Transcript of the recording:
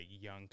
young